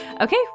Okay